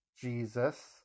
Jesus